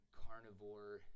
carnivore